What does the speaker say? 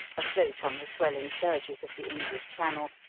afloat on the swelling surges of the english channel,